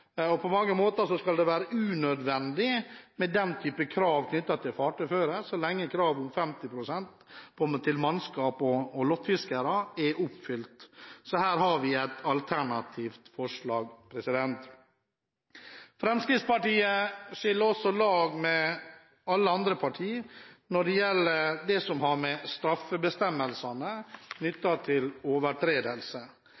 på mange måter være unødvendig med den typen krav til fartøyfører så lenge kravet til mannskap og lottfiskere om 50 pst. er oppfylt, så her har vi et alternativt forslag. Fremskrittspartiet skiller også lag med alle andre partier når det gjelder det som har å gjøre med straffebestemmelsene